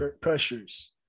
pressures